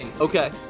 Okay